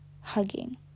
hugging